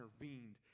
intervened